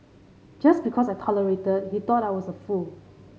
just because I tolerated he thought I was a fool